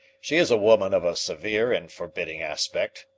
she is a woman of a severe and forbidding aspect,